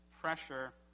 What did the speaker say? pressure